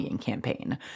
campaign